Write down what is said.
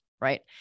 Right